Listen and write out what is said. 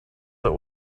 that